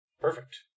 Perfect